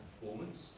performance